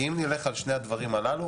כי אם נלך על שני הדברים הללו,